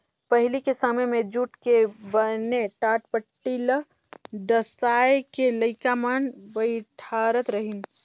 पहिली के समें मे जूट के बने टाटपटटी ल डसाए के लइका मन बइठारत रहिन